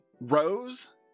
Rose